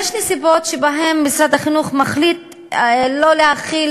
יש נסיבות שבהן משרד החינוך מחליט שלא להחיל